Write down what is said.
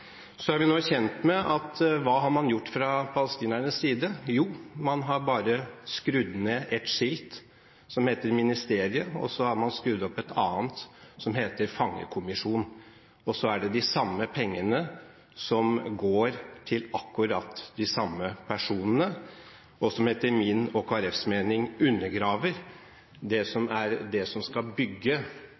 er vi kjent med. Hva har man gjort fra palestinernes side? Jo, man har bare skrudd ned et skilt med «Ministeriet», og så har man skrudd opp et annet med «Fangekommisjon» – men det er de samme pengene som går til akkurat de samme personene, og som etter min og Kristelig Folkepartis mening undergraver det som skal bygge fred mellom Israel og Palestina. Så mitt spørsmål er: